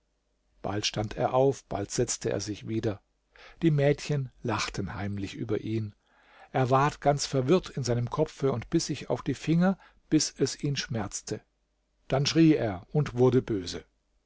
bald stand er auf bald setzte er sich wieder die mädchen lachten heimlich über ihn er ward ganz verwirrt in seinem kopfe und biß sich auf die finger bis es ihn schmerzte dann schrie er und wurde böse